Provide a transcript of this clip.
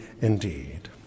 indeed